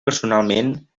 personalment